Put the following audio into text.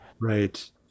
Right